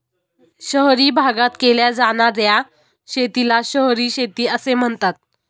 शहरी भागात केल्या जाणार्या शेतीला शहरी शेती असे म्हणतात